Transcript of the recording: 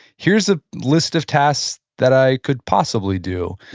here's a list of tasks that i could possibly do.